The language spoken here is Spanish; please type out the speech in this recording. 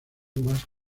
más